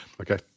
Okay